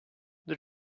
the